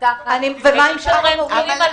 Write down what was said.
הם יהיו משולבים בה.